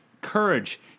courage